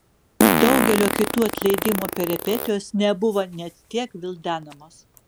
daugelio kitų atleidimo peripetijos nebuvo net tiek gvildenamos